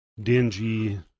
dingy